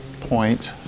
point